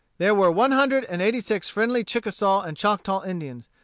there were one hundred and eighty-six friendly chickasaw and choctaw indians,